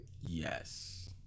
Yes